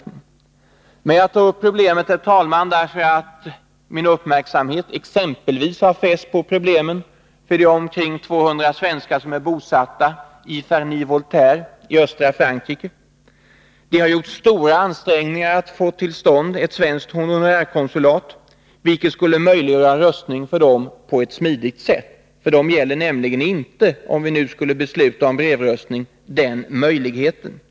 Men jag tog upp det generella problemet, herr talman, för att min uppmärksamhet exempelvis har fästs på svårigheterna för de omkring 200 svenskar som är bosatta i Ferney-Voltaire i östra Frankrike. De har gjort stora ansträngningar för att få till stånd ett svenskt honorärkonsulat där, vilket skulle möjliggöra röstning för dem på ett smidigt sätt. Om vi nu skulle besluta om brevröstning gäller nämligen inte den möjligheten för dem.